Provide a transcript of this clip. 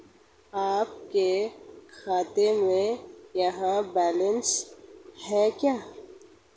आपके खाते में यह बैलेंस है क्या?